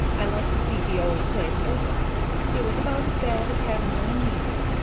i like to see the old place open it was about as bad as having no meeting.